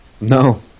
No